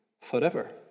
forever